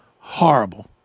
Horrible